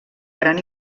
gran